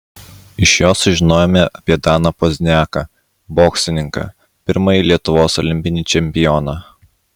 iš jo sužinojome apie daną pozniaką boksininką pirmąjį lietuvos olimpinį čempioną